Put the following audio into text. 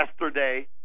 yesterday